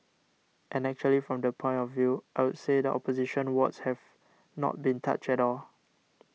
and actually from that point of view I would say the opposition wards have not been touched at all